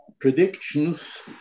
predictions